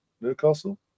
Newcastle